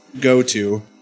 go-to